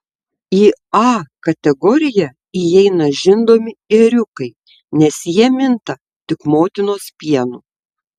į a kategoriją įeina žindomi ėriukai nes jie minta tik motinos pienu